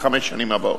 לחמש השנים הבאות,